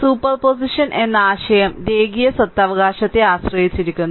superposition എന്ന ആശയം രേഖീയ സ്വത്തവകാശത്തെ ആശ്രയിച്ചിരിക്കുന്നു